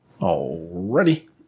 Already